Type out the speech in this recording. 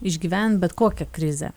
išgyvent bet kokią krizę